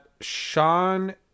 Sean